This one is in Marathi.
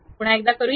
पुन्हा एकदा करूया